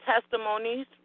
testimonies